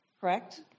correct